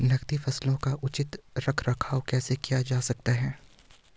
नकदी फसलों का उचित रख रखाव कैसे किया जा सकता है?